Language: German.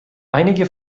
einige